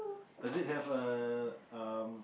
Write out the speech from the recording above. does it have a um